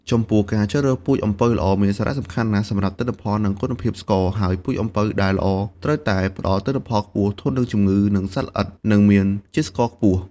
ចំពោះការជ្រើសរើសពូជអំពៅល្អមានសារៈសំខាន់ណាស់សម្រាប់ទិន្នផល និងគុណភាពស្ករ ហើយពូជអំពៅដែលល្អត្រូវតែផ្តល់ទិន្នផលខ្ពស់ ធន់នឹងជំងឺ និងសត្វល្អិត និងមានជាតិស្ករខ្ពស់។